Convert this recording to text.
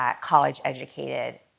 college-educated